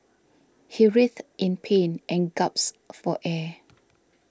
he writhed in pain and gasped for air